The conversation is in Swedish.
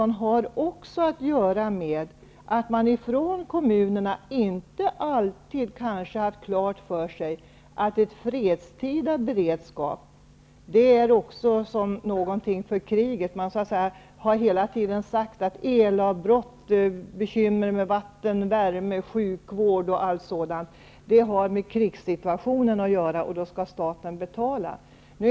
Men det har också att göra med att kommunerna inte alltid kanske har haft klart för sig att fredstida beredskap också gäller för krig. Man har hela tiden sagt att elavbrott, bekymmer med vatten, värme, sjukvård osv. har med krigssituationen att göra, och då skall staten betala.